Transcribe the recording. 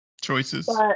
choices